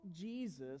Jesus